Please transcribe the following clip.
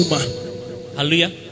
Hallelujah